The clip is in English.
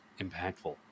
impactful